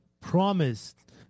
promised